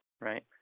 right